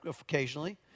occasionally